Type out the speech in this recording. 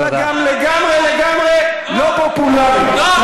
אבל גם לגמרי לגמרי לא פופולרית.